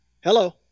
Hello